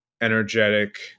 energetic